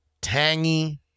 tangy